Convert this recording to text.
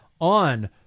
on